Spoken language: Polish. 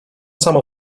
samo